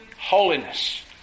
holiness